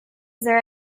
there